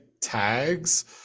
tags